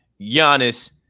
Giannis